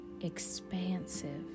expansive